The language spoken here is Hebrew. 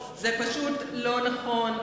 זה פשוט לא נכון.